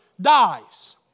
dies